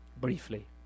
briefly